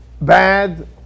Bad